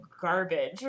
garbage